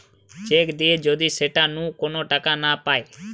check দিয়ে যদি সেটা নু কোন টাকা না পায়